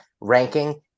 ranking